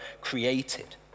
created